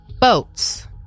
boats